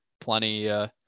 plenty